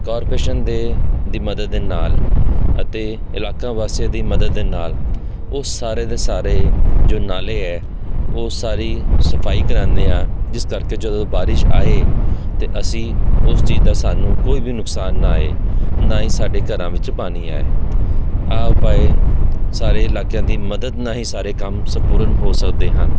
corporation ਦੇ ਦੀ ਮਦਦ ਦੇ ਨਾਲ ਅਤੇ ਇਲਾਕਾ ਵਾਸੀਆਂ ਦੀ ਮਦਦ ਦੇ ਨਾਲ ਉਹ ਸਾਰੇ ਦੇ ਸਾਰੇ ਜੋ ਨਾਲੇ ਹੈ ਉਹ ਸਾਰੀ ਸਫਾਈ ਕਰਵਾਉਂਦੇ ਹਾਂ ਜਿਸ ਕਰਕੇ ਜਦੋਂ ਬਾਰਿਸ਼ ਆਏ ਅਤੇ ਅਸੀਂ ਉਸ ਚੀਜ਼ ਦਾ ਸਾਨੂੰ ਕੋਈ ਵੀ ਨੁਕਸਾਨ ਨਾ ਆਏ ਨਾ ਹੀ ਸਾਡੇ ਘਰਾਂ ਵਿੱਚ ਪਾਣੀ ਆਏ ਆਹ ਉਪਾਏ ਸਾਰੇ ਇਲਾਕਿਆਂ ਦੀ ਮਦਦ ਨਾਲ ਹੀ ਸਾਰੇ ਕੰਮ ਸੰਪੂਰਨ ਹੋ ਸਕਦੇ ਹਨ